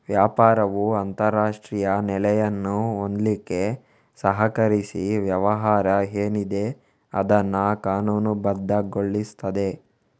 ವ್ಯಾಪಾರವು ಅಂತಾರಾಷ್ಟ್ರೀಯ ನೆಲೆಯನ್ನು ಹೊಂದ್ಲಿಕ್ಕೆ ಸಹಕರಿಸಿ ವ್ಯವಹಾರ ಏನಿದೆ ಅದನ್ನ ಕಾನೂನುಬದ್ಧಗೊಳಿಸ್ತದೆ